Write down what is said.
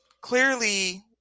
clearly